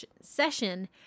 session